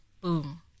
boom